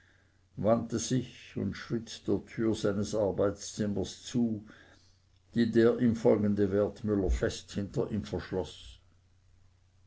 wandte sich und schritt der türe seines arbeitszimmers zu die der ihm folgende wertmüller fest hinter ihm verschloß